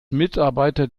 mitarbeiter